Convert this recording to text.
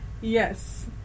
Yes